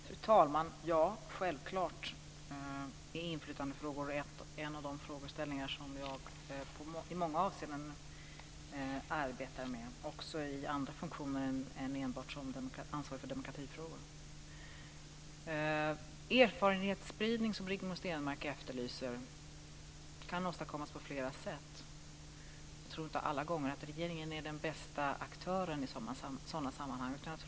Fru talman! Självklart arbetar jag med inflytandefrågor i många avseenden, också i andra funktioner än som ansvarig för demokratifrågor. Erfarenhetsspridning, som Rigmor Stenmark efterlyser, kan åstadkommas på flera sätt. Jag tror inte att regeringen alla gånger är den bästa aktören i sådana sammanhang.